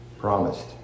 promised